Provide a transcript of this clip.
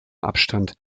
abstand